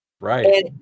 right